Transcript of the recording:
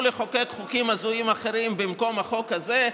לחוקק חוקים הזויים אחרים במקום החוק הזה.